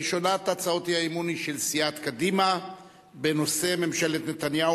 ראשונת הצעות האי-אמון היא של סיעת קדימה בנושא: ממשלת נתניהו